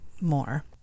more